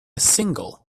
single